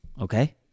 okay